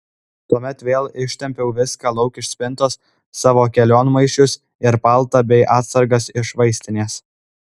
tuomet vėl ištempiau viską lauk iš spintos savo kelionmaišius ir paltą bei atsargas iš vaistinės